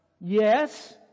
Yes